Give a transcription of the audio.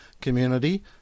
community